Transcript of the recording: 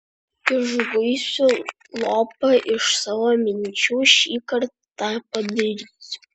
išguisiu lopą iš savo minčių šįkart tą padarysiu